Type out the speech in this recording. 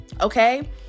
Okay